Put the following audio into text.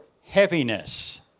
heaviness